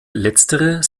letztere